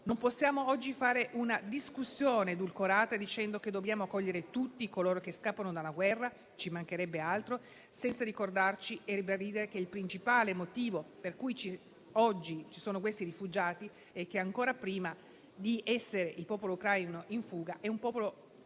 Non possiamo oggi fare una discussione edulcorata, dicendo che dobbiamo accogliere tutti coloro che scappano dalla guerra - e ci mancherebbe altro - senza ricordare che il principale motivo per cui oggi vi sono rifugiati è che, ancora prima di essere quello ucraino un popolo